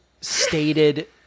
stated